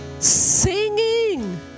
singing